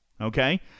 okay